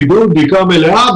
בידוד ובדיקה מלאה.